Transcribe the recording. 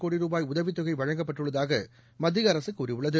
கோடியே உதவித்தொகைவழங்கப்பட்டுள்ளதாகமத்திய அரசுகூறியுள்ளது